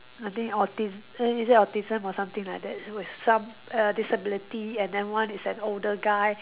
I think autis~ eh is it autism or something like that it was some err disability and then one is an older guy